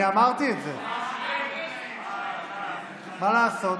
אני אמרתי את זה, מה לעשות.